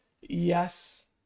Yes